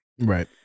Right